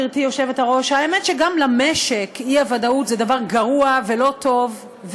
גברתי היושבת-ראש: האמת היא שגם למשק אי-ודאות זה דבר גרוע ולא טוב,